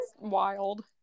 wild